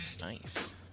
nice